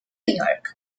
york